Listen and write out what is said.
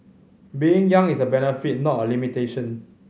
being young is a benefit not a limitation